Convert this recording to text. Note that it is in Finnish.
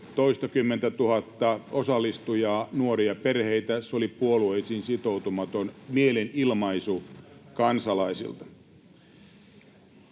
toistakymmentätuhatta osallistujaa, nuoria perheitä. Se oli puolueisiin sitoutumaton mielenilmaisu kansalaisilta.